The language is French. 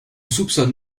soupçonne